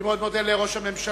אני מאוד מודה לראש הממשלה,